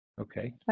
Okay